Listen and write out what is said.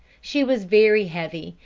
she was very heavy,